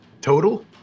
Total